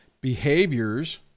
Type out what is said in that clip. behaviors